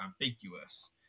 ambiguous